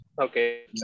Okay